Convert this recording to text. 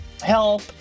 help